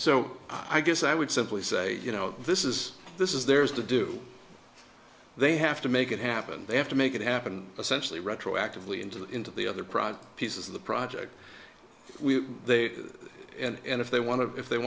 so i guess i would simply say you know this is this is theirs to do they have to make it happen they have to make it happen essentially retroactively into the into the other progs pieces of the project there and if they want to if they